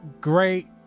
Great